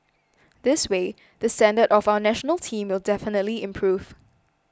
this way the standard of our National Team will definitely improve